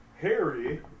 Harry